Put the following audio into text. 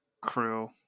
crew